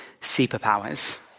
superpowers